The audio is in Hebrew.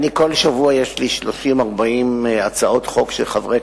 כל שבוע יש לי 30 40 הצעות חוק של חברי